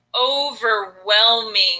overwhelming